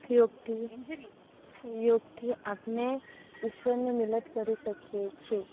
ઉપયોગથી યોગથી આપણે ઈશ્વરની મિલન કરી શકીએ છીએ